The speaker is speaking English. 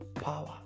Power